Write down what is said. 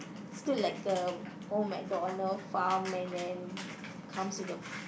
still like a old McDonald farm and then comes with a